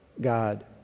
God